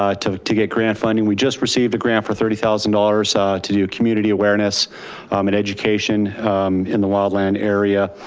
ah to to get grant funding. we just received a grant for thirty thousand dollars ah to do community awareness and education in the wildland area.